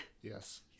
yes